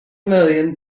million